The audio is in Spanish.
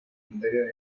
secundarios